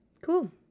Cool